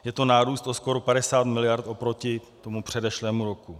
Je to nárůst o skoro 50 mld. oproti tomu předešlému roku.